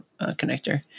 connector